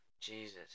jesus